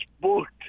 booked